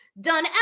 done